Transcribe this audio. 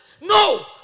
No